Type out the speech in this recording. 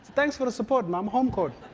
thanks for the support mom. home court.